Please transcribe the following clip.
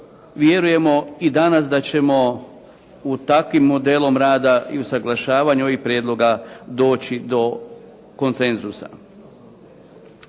vjerujemo i danas da ćemo u takvim modelom rada i usaglašavanju ovih prijedloga doći do konsenzusa.